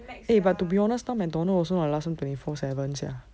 eh but to be honest now mcdonald's also not like last time twenty four seven sia